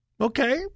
Okay